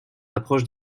approche